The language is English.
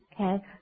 Okay